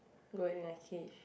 going in a cage